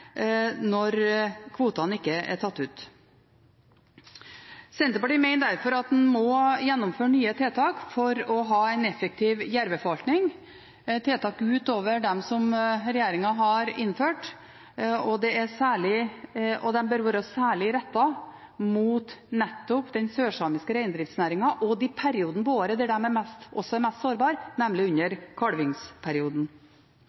når kvotene ikke er tatt ut. Senterpartiet mener derfor at en må gjennomføre nye tiltak for å ha en effektiv jerveforvaltning, tiltak utover dem som regjeringen har innført, og de bør særlig være rettet mot nettopp den sørsamiske reindriftsnæringen og den perioden av året der reinen er mest sårbar, nemlig under kalvingsperioden. Når det gjelder kongeørn, er